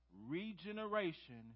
regeneration